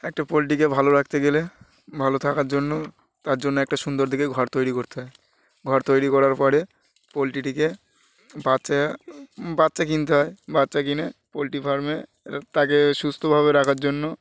একটা পোলট্রিকে ভালো রাখতে গেলে ভালো থাকার জন্য তার জন্য একটা সুন্দর দেখে ঘর তৈরি করতে হয় ঘর তৈরি করার পরে পোলট্রিটিকে বাচ্চা বাচ্চা কিনতে হয় বাচ্চা কিনে পোলট্রি ফার্মে তাকে সুস্থভাবে রাখার জন্য